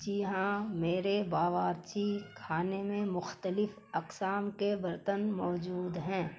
جی ہاں میرے باوورچی خانے میں مختلف اقسام کے برتن موجود ہیں